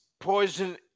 poison